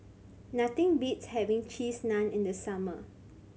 nothing beats having Cheese Naan in the summer